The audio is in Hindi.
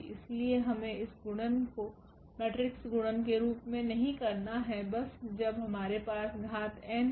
इसलिए हमें इस गुणन को मेट्रिक्स गुणन के रूप में नहीं करना है बस जब हमारे पास घात n है